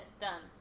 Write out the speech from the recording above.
done